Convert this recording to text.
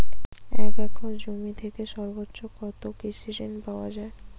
এক একর জমি থেকে সর্বোচ্চ কত কৃষিঋণ পাওয়া য়ায়?